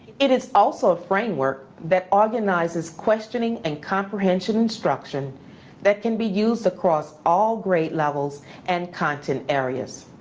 it is also a framework that organizes questioning and comprehension instruction that can be used across all grade levels and content areas.